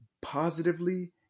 positively